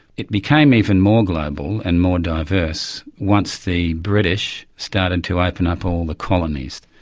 it became even more global and more diverse once the british started to open up all the colonies.